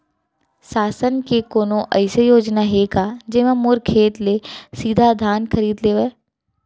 शासन के कोनो अइसे योजना हे का, जेमा मोर खेत ले सीधा धान खरीद लेवय?